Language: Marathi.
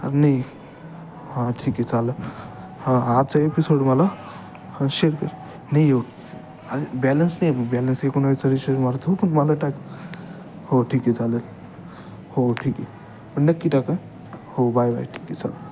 अरे नाही हां ठीक आहे चालं हां आ आजचा एपिसोड मला हं शेअर कर नाही येऊ अरे बॅलन्स नाही आहे बॅलन्स ए कुणाचा तरी शेअर मारतो पण मला टाक हो ठीक आहे चालेल हो ठीक आहे पण नक्की टाक आं हो बाय बाय ठीक आहे चाल